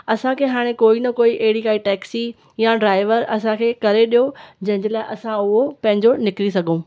असांखे हाणे कोई न कोई अहिड़ी काई टैक्सी या ड्राइवर असांखे करे ॾियो जंहिं जे लाइ असां उहो पंहिंजो निकिरी सघूं